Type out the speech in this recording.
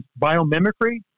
biomimicry